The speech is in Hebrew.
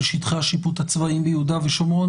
על שטחי השיפוט הצבאי ביהודה ושומרון.